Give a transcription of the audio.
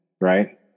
right